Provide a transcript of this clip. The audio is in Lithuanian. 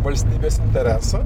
valstybės interesą